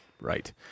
Right